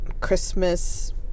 Christmas